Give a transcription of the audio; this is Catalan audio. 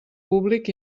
públic